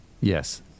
Yes